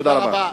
תודה רבה.